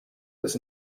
was